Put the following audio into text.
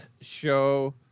show